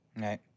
Right